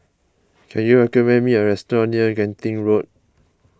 can you recommend me a restaurant near Genting Road